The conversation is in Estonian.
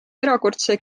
erakordse